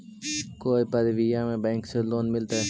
कोई परबिया में बैंक से लोन मिलतय?